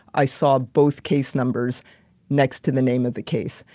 i saw both case numbers next to the name of the case.